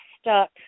stuck